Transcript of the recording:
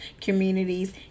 communities